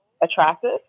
attractive